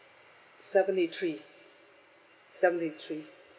seventy three seventy three